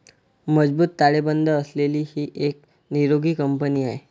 मजबूत ताळेबंद असलेली ही एक निरोगी कंपनी आहे